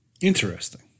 Interesting